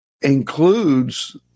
includes